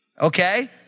Okay